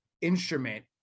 instrument